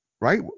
right